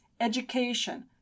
education